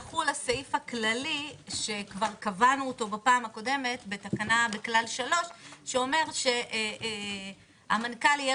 יחול הסעיף הכללי שקבענו אותו בפעם הקודמת בכלל 3 שאומר שהמנכ"ל יהיה